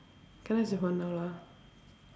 cannot use your phone now lah